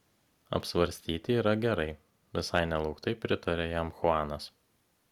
apsvarstyti yra gerai visai nelauktai pritarė jam chuanas